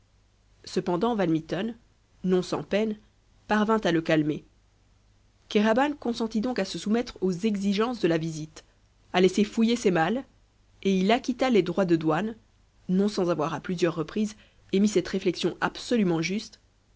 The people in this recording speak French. cependant van mitten non sans peine parvint à le calmer kéraban consentit donc à se soumettre aux exigences de la visite à laisser fouiller ses malles et il acquitta les droits de douane non sans avoir à plusieurs reprises émis cette réflexion absolument juste